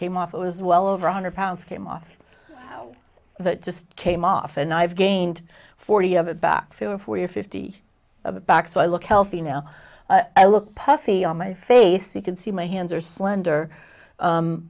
came off it was well over one hundred pounds came off that just came off and i've gained forty of it back for forty or fifty back so i look healthy now i look puffy on my face you can see my hands are slender